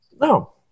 No